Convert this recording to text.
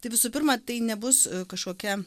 tai visų pirma tai nebus kažkokia